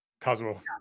Cosmo